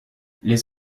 les